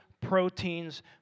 proteins